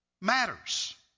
matters